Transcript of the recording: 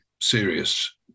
serious